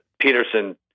Peterson